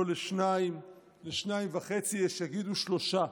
לא לשניים, לשניים וחצי, יש שיגידו שלושה.